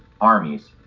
armies